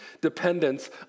dependence